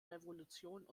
revolution